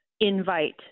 invite